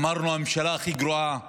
אמרנו, הממשלה הכי גרועה